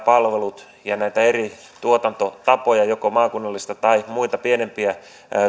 ne ja siellä on näitä eri tuotantotapoja joko maakunnallisia tai muita pienempiä